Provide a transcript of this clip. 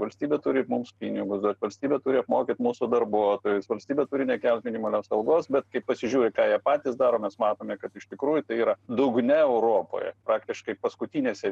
valstybė turi mums pinigus duot valstybė turi apmokyt mūsų darbuotojus valstybė turi nekelt minimalios algos bet kai pasižiūri ką jie patys daro mes matome kad iš tikrųjų tai yra dugne europoje praktiškai paskutinėse